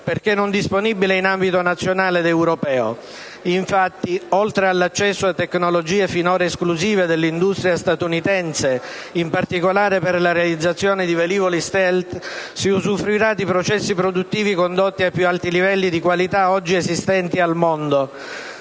perché non disponibile in ambito nazionale ed europeo. Infatti, oltre all'accesso a tecnologie finora esclusive dell'industria statunitense (in particolare per la realizzazione di velivoli Stealth), si usufruirà di processi produttivi condotti ai più alti livelli di qualità oggi esistenti al mondo.